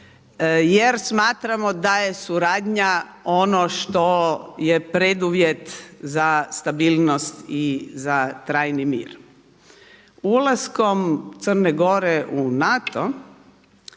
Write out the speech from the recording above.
jer smatramo da je suradnja ono što je preduvjet za stabilnost i za trajni mir. Ulaskom Crne Gore u NATO,